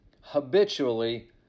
habitually